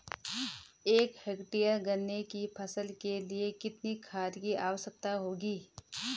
एक हेक्टेयर गन्ने की फसल के लिए कितनी खाद की आवश्यकता होगी?